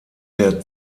der